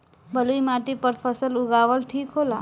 बलुई माटी पर फसल उगावल ठीक होला?